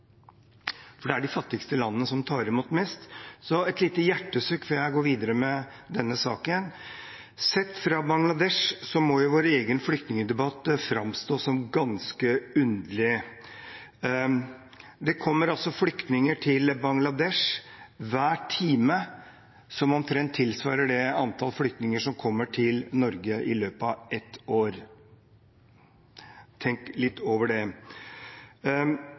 de fattigste landene som tar imot flest. Et lite hjertesukk før jeg går videre med denne saken: Sett fra Bangladesh må jo vår egen flyktningdebatt framstå som ganske underlig. Det kommer et antall flyktninger til Bangladesh hver time som omtrent tilsvarer det antallet flyktninger som kommer til Norge i løpet av ett år. Tenk litt over det.